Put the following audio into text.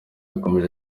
yakomeje